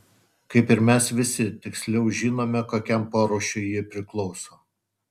kaip ir mes visi tiksliau žinome kokiam porūšiui ji priklauso